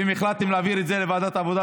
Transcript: ואם החלטתם להעביר את זה לוועדת העבודה